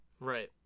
Right